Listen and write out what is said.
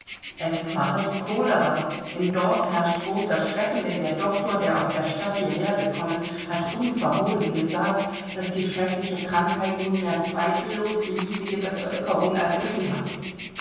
es war die cholera im dorf herrscht großer schrecken denn der doktor der aus der stadt hierher gekommen hat unverhohlen gesagt daß die schreckliche krankheit nunmehr zweifellos die hiesige bevölkerung ergriffen hat